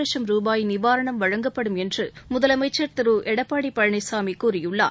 லட்சும் ரூபாய் நிவாரணம் வழங்கப்படும் என்று முதலமைச்சர் திரு எடப்பாடி பழனிசாமி கூறியுள்ளார்